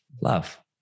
love